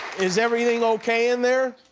is everything okay in there?